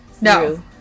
No